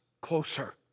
closer